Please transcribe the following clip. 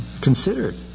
considered